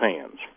hands